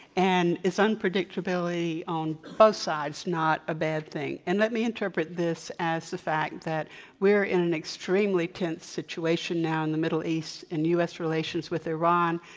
and is unpredictability on both sides not a bad thing? and let me interpret this as the fact that we're in an extremely tense situation now in the middle east and u. s. relations with iran.